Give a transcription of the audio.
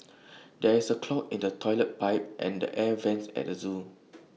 there is A clog in the Toilet Pipe and the air Vents at the Zoo